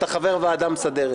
אתה חבר הוועדה המסדרת